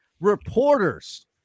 reporters